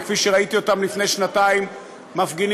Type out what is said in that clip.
וכפי שראיתי אותם לפני שנתיים מפגינים